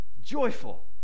joyful